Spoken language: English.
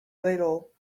little